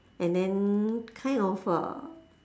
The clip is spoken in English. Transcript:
and then kind of a